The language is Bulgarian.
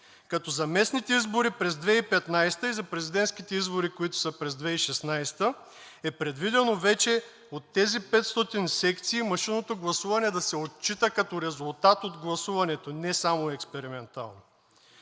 като за местните избори през 2015 г. и за президентските избори, които са през 2016 г., е предвидено вече от тези 500 секции машинното гласуване да се отчита като резултат от гласуването не само експериментално.